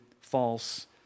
false